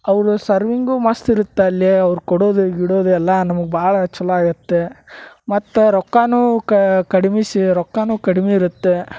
ಅವರ ಸರ್ವಿಂಗು ಮಸ್ತ್ ಇರತ್ತೆ ಅಲ್ಲಿ ಅವ್ರ ಕೊಡೋದು ಗಿಡೋದು ಎಲ್ಲಾ ನಮ್ಗ ಭಾಳ ಛಲೋ ಆಗತ್ತೆ ಮತ್ತೆ ರೊಕ್ಕಾನೂ ಕಡ್ಮಿ ಸಿ ರೊಕ್ಕಾನೂ ಕಡ್ಮಿ ಇರತ್ತೆ